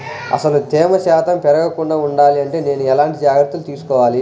అసలు తేమ శాతం పెరగకుండా వుండాలి అంటే నేను ఎలాంటి జాగ్రత్తలు తీసుకోవాలి?